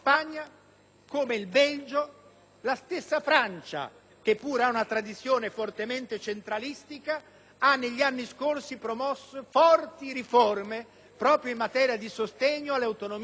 il Belgio. La stessa Francia, che pure ha una tradizione fortemente centralistica, ha negli anni scorsi promosso forti riforme proprio in materia di sostegno alle autonomie locali